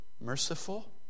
merciful